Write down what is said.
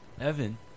Evan